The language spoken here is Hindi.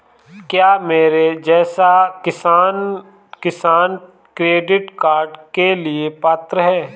क्या मेरे जैसा किसान किसान क्रेडिट कार्ड के लिए पात्र है?